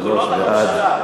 שלושה בעד,